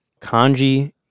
kanji